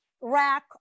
rack